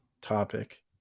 topic